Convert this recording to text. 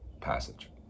passage